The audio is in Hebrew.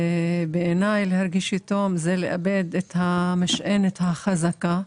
בעיניי להרגיש יתום זה לאבד את המשענת החזקה.